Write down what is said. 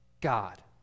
God